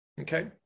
Okay